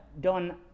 done